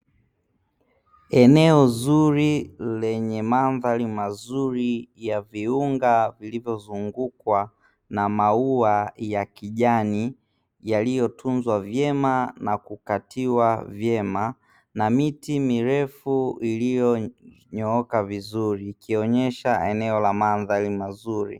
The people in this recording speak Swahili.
Eneo zuri lenye mandhari nzuri ya viunga vilivyo zungukwa na maua ya kijani, yaliyo tunzwa vyema na kukatiwa vyema na miti mirefu iliyo nyooka vizuri ikionyesha eneo la mandhari nzuri.